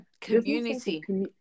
community